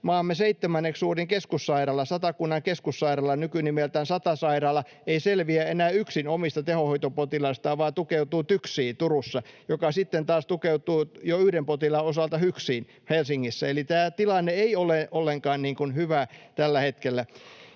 maamme seitsemänneksi suurin keskussairaala, Satakunnan keskussairaala, nykynimeltään Satasairaala, ei selviä enää yksin omista tehohoitopotilaistaan vaan tukeutuu TYKSiin Turussa, joka sitten taas tukeutuu jo yhden potilaan osalta HYKSiin Helsingissä, eli tämä tilanne ei ole ollenkaan hyvä tällä hetkellä.